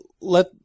let